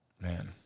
man